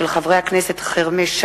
מאת חברי הכנסת שי חרמש,